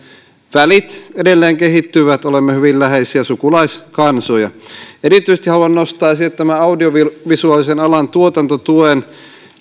välit edelleen kehittyvät olemme hyvin läheisiä sukulaiskansoja erityisesti haluan nostaa esille tämän audiovisuaalisen alan tuotantotuen